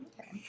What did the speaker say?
Okay